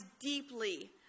deeply